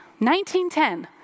1910